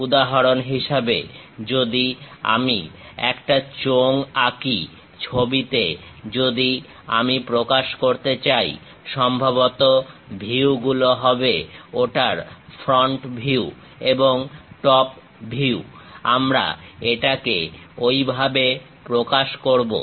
উদাহরণ হিসেবে যদি আমি একটা চোঙ আঁকি ছবিতে যদি আমি প্রকাশ করতে চাই সম্ভবত ভিউগুলো হবে ওটার ফ্রন্ট ভিউ এবং টপ ভিউ আমরা এটাকে ঐভাবে প্রকাশ করবো